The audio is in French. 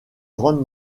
grandes